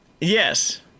Yes